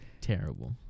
Terrible